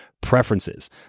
preferences